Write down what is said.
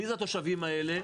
מי זה התושבים האלה?